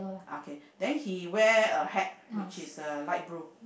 okay then he wear a hat which is a light blue